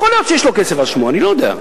יכול להיות שיש כסף על שמו, אני לא יודע.